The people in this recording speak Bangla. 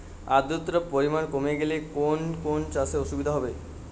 আদ্রতার পরিমাণ কমে গেলে কোন কোন চাষে অসুবিধে হবে?